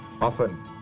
often